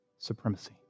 supremacy